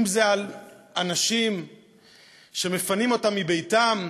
אם על אנשים שמפנים אותם מביתם,